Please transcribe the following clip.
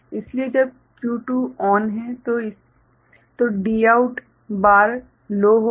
इसलिए जब Q2 चालू है तो Dout बारसुधार लो होगा